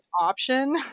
option